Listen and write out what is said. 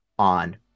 on